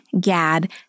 Gad